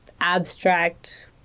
abstract